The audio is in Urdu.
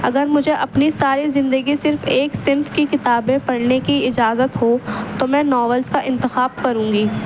اگر مجھے اپنی ساری زندگی صرف ایک صنف کی کتابیں پڑھنے کی اجازت ہو تو میں ناولس کا انتخاب کروں گی